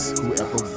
whoever